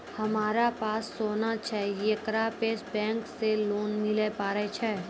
हमारा पास सोना छै येकरा पे बैंक से लोन मिले पारे छै?